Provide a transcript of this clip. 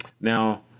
Now